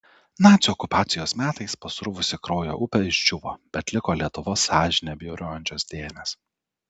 nacių okupacijos metais pasruvusi kraujo upė išdžiūvo bet liko lietuvos sąžinę bjaurojančios dėmės